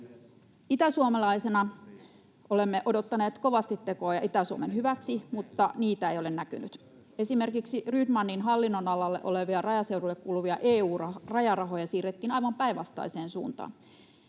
Itäsuomalaisina olemme odottaneet kovasti tekoja Itä-Suomen hyväksi, mutta niitä ei ole näkynyt. Esimerkiksi Rydmanin hallinnonalalla olevia, rajaseudulle kuuluvia EU-rajarahoja siirrettiin aivan päinvastaiseen suuntaan.